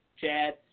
Chad